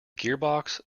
gearbox